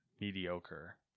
mediocre